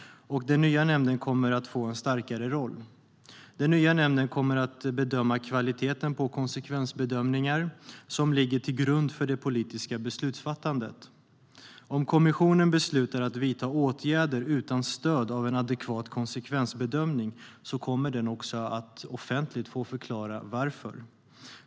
Den nya nämnden kommer att få en starkare roll. Den nya nämnden kommer att bedöma kvaliteten på konsekvensbedömningar som ligger till grund för det politiska beslutsfattandet. Om kommissionen beslutar att vidta åtgärder utan stöd av en adekvat konsekvensbedömning kommer den offentligt att förklara varför.